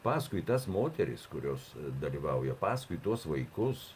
paskui tas moteris kurios dalyvauja paskui tuos vaikus